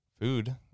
food